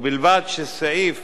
ובלבד שסעיף